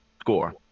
score